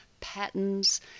patterns